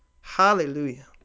Hallelujah